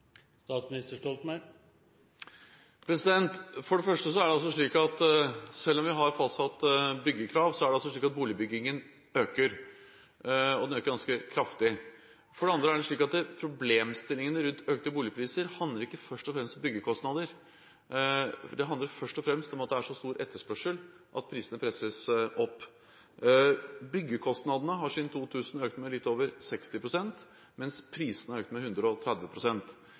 For det første er det altså slik at selv om vi har fastsatt byggekrav, øker boligbyggingen, og den øker ganske kraftig. For det andre er det slik at problemstillingene rundt økte boligpriser ikke først og fremst handler om byggekostnader. Det handler først og fremst om at det er så stor etterspørsel at prisene presses opp. Byggekostnadene har siden 2000 økt med litt over 60 pst., mens prisene har økt med